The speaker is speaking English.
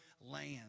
land